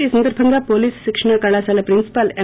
ఈ సందర్బంగా పోలీసు శిక్షణా కళాశాల ప్రిన్సిపాల్ ఎం